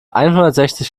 einhundertsechzig